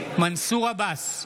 מנסור עבאס,